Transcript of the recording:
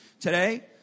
today